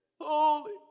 Holy